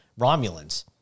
Romulans